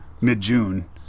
mid-June